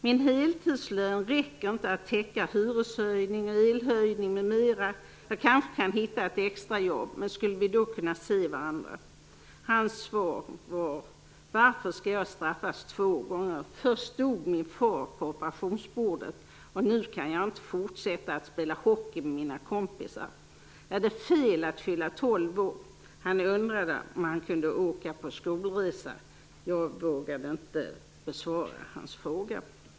Min heltidslön räcker inte till att täcka hyreshöjning, elhöjning m.m. Jag kanske kan hitta ett extrajobb, men skulle vi då kunna se varandra? Han svar var: Varför skall jag straffas två gånger? Först dog min far på operationsbordet och nu kan jag inte fortsätta att spela hockey med mina kompisar. Är det fel att fylla 12 år? Han undrade om han kunde åka på skolresa. Jag vågade inte besvara hans fråga.